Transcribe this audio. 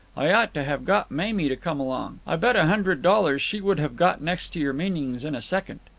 i ought to have got mamie to come along. i bet a hundred dollars she would have got next to your meanings in a second.